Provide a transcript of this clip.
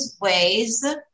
ways